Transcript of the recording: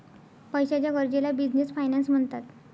पैशाच्या गरजेला business finance म्हणतात